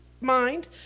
mind